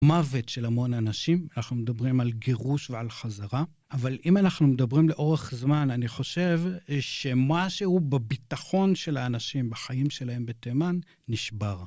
מוות של המון אנשים, אנחנו מדברים על גירוש ועל חזרה, אבל אם אנחנו מדברים לאורך זמן, אני חושב שמשהו בביטחון של האנשים בחיים שלהם בתימן נשבר.